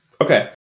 Okay